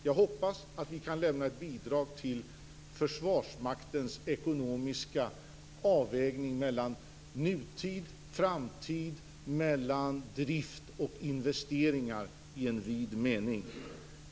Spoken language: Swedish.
Jag hoppas att vi kan lämna ett bidrag till Försvarsmaktens ekonomiska avvägning mellan nutid och framtid, mellan drift och investeringar i vid mening.